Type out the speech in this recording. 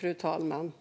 Fru talman!